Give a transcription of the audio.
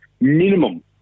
minimum